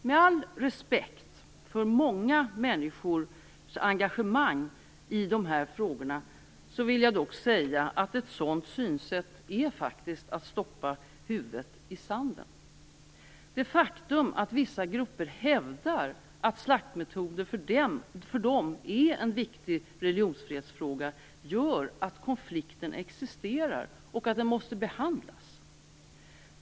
Med all respekt för många människors engagemang i de här frågorna vill jag dock säga att ett sådant synsätt faktiskt är att stoppa huvudet i sanden. Det faktum att vissa grupper hävdar att slaktmetoder för dem är en viktig religionsfrihetsfråga gör att konflikten existerar och att den måste behandlas.